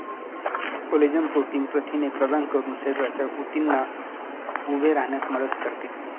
collagen protein प्रथिने प्रदान करून शरीराच्या ऊतींना उभे राहण्यास मदत करते